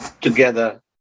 together